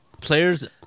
players